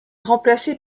remplacée